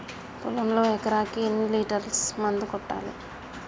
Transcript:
పొలంలో ఎకరాకి ఎన్ని లీటర్స్ మందు కొట్టాలి?